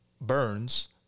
Burns